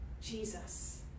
Jesus